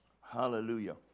hallelujah